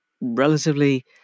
relatively